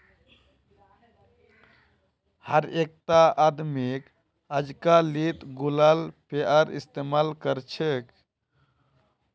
हर एकटा आदमीक अजकालित गूगल पेएर इस्तमाल कर छेक